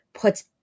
puts